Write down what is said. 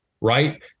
right